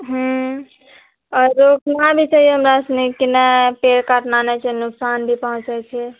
हूँ आओरो कुआँ भी चाही हमरा सबकेँ पेड़ काटना नहि छै नुकसान भी पहुँचै छै